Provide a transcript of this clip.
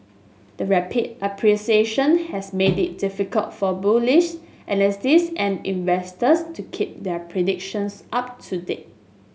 the rapid appreciation has made it difficult for bullish analysts and investors to keep their predictions up to date